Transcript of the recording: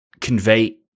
convey